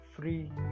free